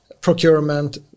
procurement